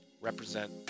represent